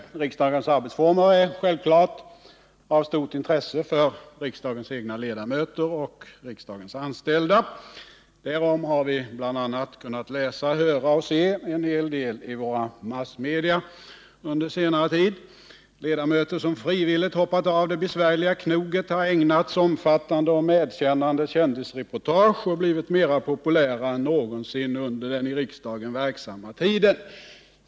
Herr talman! Riksdagens arbetsformer är självfallet av stort intresse för riksdagens egna ledamöter och riksdagens anställda. Därom har vi under senare tid kunnat läsa, höra och se en hel del i bl.a. våra massmedia. Ledamöter som frivilligt hoppat av det besvärliga knoget har ägnats omfattande och medkännande kändisreportage och blivit mera populära än de någonsin varit under den i riksdagen verksamma tiden.